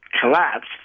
collapsed